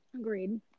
agreed